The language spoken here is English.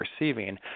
receiving